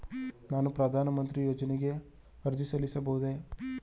ನಾನು ಪ್ರಧಾನ ಮಂತ್ರಿ ಯೋಜನೆಗೆ ಅರ್ಜಿ ಸಲ್ಲಿಸಬಹುದೇ?